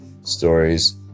stories